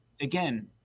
again